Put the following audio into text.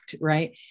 right